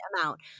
amount